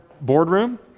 boardroom